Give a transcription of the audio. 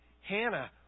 Hannah